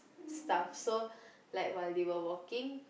stuffs so like while they were walking